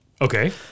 Okay